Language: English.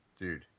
Dude